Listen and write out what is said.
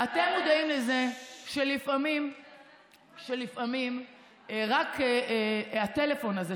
אתם מודעים לזה שלפעמים רק הטלפון הזה,